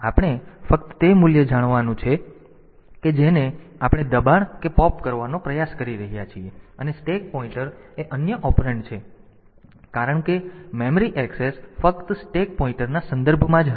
તેથી આપણે ફક્ત તે મૂલ્ય જણાવવાનું છે કે જેને આપણે દબાણ કે પોપ કરવાનો પ્રયાસ કરી રહ્યા છીએ અને સ્ટેક પોઈન્ટર એ અન્ય ઓપરેન્ડ છે કારણ કે મેમરી એક્સેસ ફક્ત સ્ટેક પોઈન્ટરના સંદર્ભમાં જ હશે